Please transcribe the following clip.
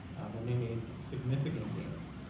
and they made significant gains,